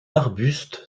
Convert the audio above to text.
arbuste